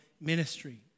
ministry